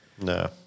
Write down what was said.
No